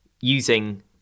using